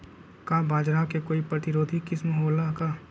का बाजरा के कोई प्रतिरोधी किस्म हो ला का?